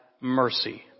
mercy